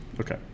Okay